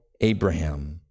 Abraham